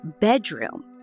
bedroom